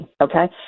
Okay